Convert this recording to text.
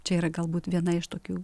čia yra galbūt viena iš tokių